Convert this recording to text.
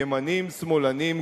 ימנים שמאלנים,